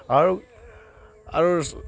আৰু আৰু